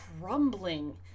crumbling